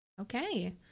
Okay